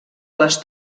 les